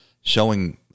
showing